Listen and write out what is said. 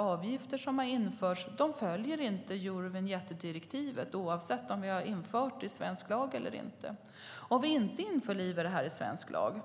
Avgifter som har införts följer inte Eurovinjettdirektivet oavsett om vi har infört det i svensk lag eller inte. Om vi inte införlivar detta i svensk lag